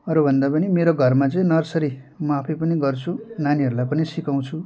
अरूभन्दा पनि मेरो घरमा चाहिँ नर्सरी म आफै पनि गर्छु नानीहरूलाई पनि सिकाउँछु